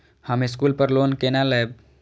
हम स्कूल पर लोन केना लैब?